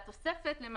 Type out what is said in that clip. בתוספת יש